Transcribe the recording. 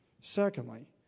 Secondly